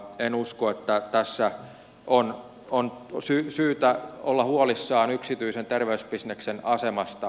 en usko että tässä on syytä olla huolissaan yksityisen terveysbisneksen asemasta